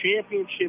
Championship